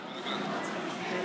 מכובדיי,